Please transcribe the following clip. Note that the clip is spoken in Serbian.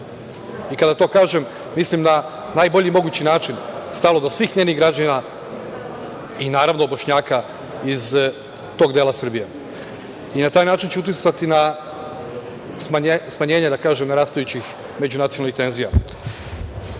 to kažem mislim na najbolji mogući način da je stalo do svih njenih građana i, naravno Bošnjaka iz tog dela Srbije i na taj način ću uticati na smanjenje rastućih međunacionalnih tenzija. Samo